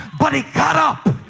but he got up,